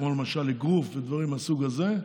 כמו למשל, אגרוף ודברים מהסוג הזה,